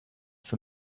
for